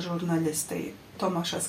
žurnalistai tomašas